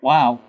Wow